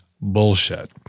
bullshit